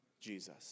Jesus